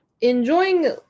enjoying